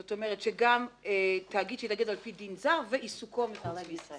זאת אומרת גם תאגיד שהתאגד על פי דין זר ועיסוקו מחוץ לישראל.